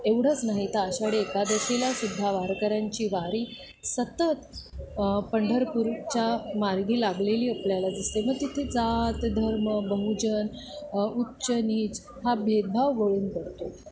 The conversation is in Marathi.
एवढंच नाही तर आषाढी एकादशीला सुद्धा वारकऱ्यांची वारी सतत पंढरपूरच्या मार्गी लागलेली आपल्याला दिसते मग तिथे जात धर्म बहुजन उच्चनीच हा भेदभाव गळून पडतो